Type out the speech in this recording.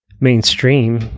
mainstream